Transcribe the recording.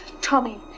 Tommy